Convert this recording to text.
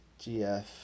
gf